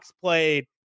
played